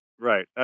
Right